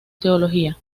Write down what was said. teología